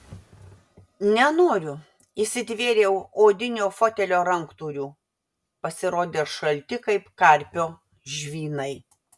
nenoriu įsitvėriau odinio fotelio ranktūrių pasirodė šalti kaip karpio žvynai